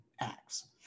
acts